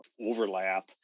overlap